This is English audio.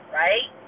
right